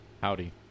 Howdy